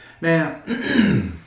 Now